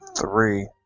Three